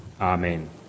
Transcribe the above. Amen